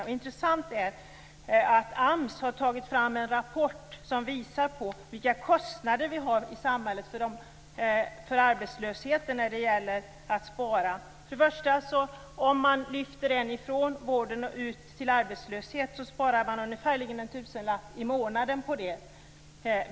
Det är intressant att AMS har tagit fram en rapport som visar vilka kostnader samhället har för arbetslösheten när det gäller att spara. Om man lyfter en person från vården och ut till arbetslöshet sparar man ungefär en tusenlapp i månaden.